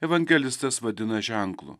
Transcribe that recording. evangelistas vadina ženklu